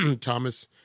Thomas